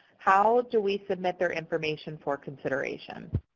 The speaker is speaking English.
how do we submit their information for consideration?